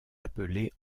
appelés